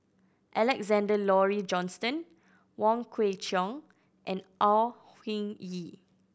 Alexander Laurie Johnston Wong Kwei Cheong and Au Hing Yee